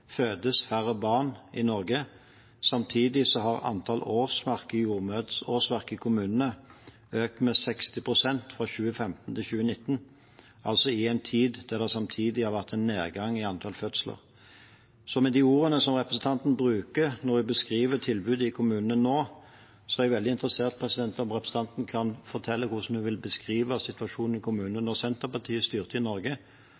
fødes færre barn i Norge. Samtidig har antall jordmorårsverk i kommunene økt med 60 pst. fra 2015 til 2019, altså i en tid der det samtidig har vært en nedgang i antall fødsler. Så med de ordene representanten Toppe bruker når hun beskriver tilbudet i kommunene nå, er jeg veldig interessert i om representanten kan fortelle hvordan hun vil beskrive situasjonen i kommunene da Senterpartiet styrte i Norge.